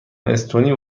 استونی